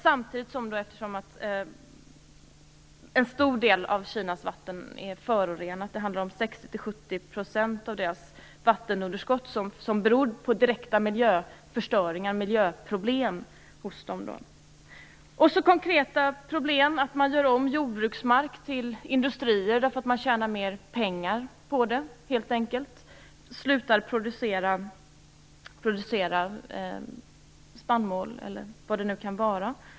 Samtidigt är en stor del av Kinas vatten förorenat. 60-70 % av vattenunderskottet beror på direkta miljöproblem i landet. Det förekommer också andra konkreta problem. Man gör om jordbruksmark till industrimark, helt enkelt därför att man tjänar mer pengar på det, vilket minskar produktionen av spannmål o.d.